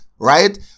right